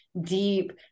deep